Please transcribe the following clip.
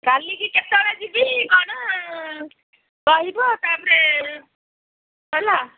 କାଲିକି କେତେବେଳେ ଯିବି କ'ଣ କହିବ ତା'ପରେ ହେଲା